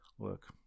Look